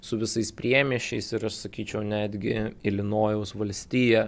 su visais priemiesčiais ir aš sakyčiau netgi ilinojaus valstija